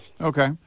Okay